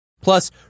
Plus